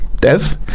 Dev